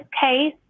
case